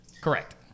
Correct